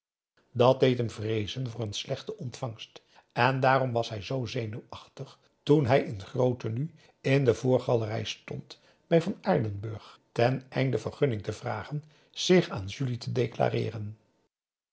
dat deed hem vreezen voor een slechte ontvangst en daarom was hij zoo zenuwachtig toen hij in groot tenue in de voorgalerij stond bij van aardenburg ten einde vergunning te vragen zich aan julie te declareeren